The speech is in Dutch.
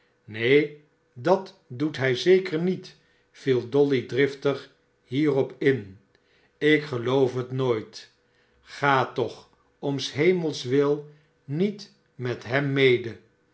neen dat doet hij zeker met viel dolly dnftig hierop nt geloof het nooit ga toch om f hemels wu met met hem ede